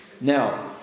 now